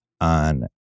on